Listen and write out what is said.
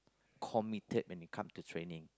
committed when you come to training